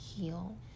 heal